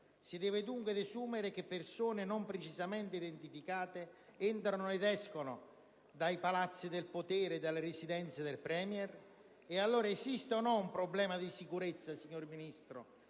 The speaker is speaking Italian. Si deve dunque desumere che persone non precisamente identificate entrano ed escono dai palazzi del potere e dalle residenze del Premier? E allora esiste o no, signor Ministro,